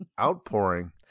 outpouring